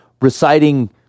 reciting